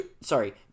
Sorry